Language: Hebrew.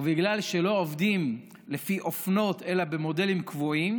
ובגלל שלא עובדים לפי אופנות אלא במודלים קבועים,